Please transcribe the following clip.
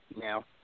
Now